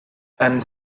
and